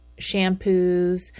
shampoos